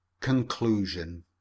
Conclusion